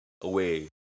away